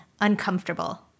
uncomfortable